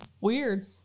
weird